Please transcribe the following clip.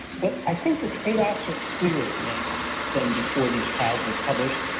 but i think the trade-offs are clearer now than before these trials were published.